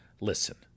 listen